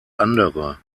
andere